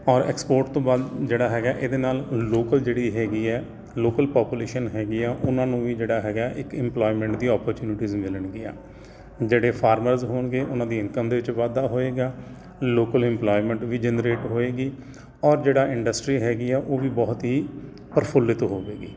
ਔਰ ਐਕਸਪੋਰਟ ਤੋਂ ਬਾਅਦ ਜਿਹੜਾ ਹੈਗਾ ਇਹਦੇ ਨਾਲ ਲੋਕਲ ਜਿਹੜੀ ਹੈਗੀ ਹੈ ਲੋਕਲ ਪਾਪੂਲੇਸ਼ਨ ਹੈਗੀ ਆ ਉਹਨਾਂ ਨੂੰ ਵੀ ਜਿਹੜਾ ਹੈਗਾ ਇੱਕ ਇਮਪਲੋਇਮੈਂਟ ਦੀ ਓਪੋਰਚਨਿਟੀਜ ਮਿਲਣਗੀਆਂ ਜਿਹੜੇ ਫਾਰਮਰਜ ਹੋਣਗੇ ਉਹਨਾਂ ਦੀ ਇਨਕਮ ਦੇ ਵਿੱਚ ਵਾਧਾ ਹੋਵੇਗਾ ਲੋਕਲ ਇੰਪੋਲਾਏਮੈਂਟ ਵੀ ਜਨਰੇਟ ਹੋਵੇਗੀ ਔਰ ਜਿਹੜਾ ਇੰਡਸਟੀ ਹੈਗੀ ਆ ਉਹ ਵੀ ਬਹੁਤ ਹੀ ਪ੍ਰਫੁਲਿੱਤ ਹੋਵੇਗੀ